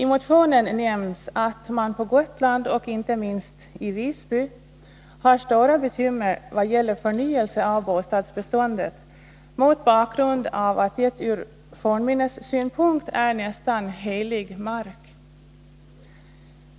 I motionen nämns att man på Gotland och inte minst i Visby har stora bekymmer vad gäller förnyelse av bostadsbeståndet, mot bakgrund av att det ur fornminnessynpunkt är nästan helig mark.